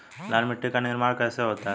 लाल मिट्टी का निर्माण कैसे होता है?